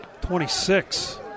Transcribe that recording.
26